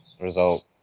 result